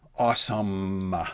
awesome